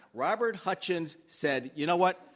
robert hutchins said, you know what?